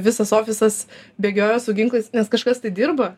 visas ofisas bėgioja su ginklais nes kažkas tai dirba